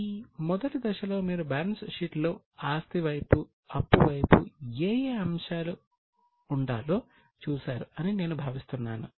ఈ మొదటి దశలో మీరు బ్యాలెన్స్ షీట్ లో ఆస్తి వైపు అప్పు వైపు ఏ ఏ ముఖ్యమైన అంశాలు ఉండాలో చూశారు అని నేను భావిస్తున్నాను